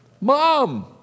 Mom